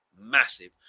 Massive